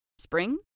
Spring